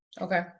Okay